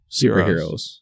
superheroes